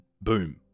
boom